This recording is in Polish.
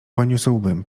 poniósłbym